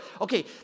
okay